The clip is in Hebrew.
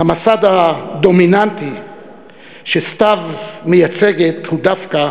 המסד הדומיננטי שסתיו מייצגת הוא דווקא